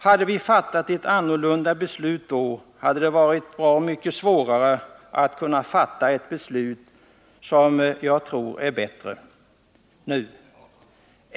Hade vi fattat ett annorlunda beslut då, hade det varit bra mycket svårare att nu kunna fatta ett beslut som jag tror är bättre.